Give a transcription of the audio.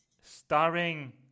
starring